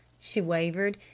she wavered,